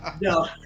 No